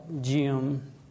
Jim